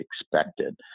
expected